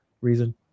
reason